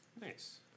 nice